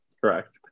Correct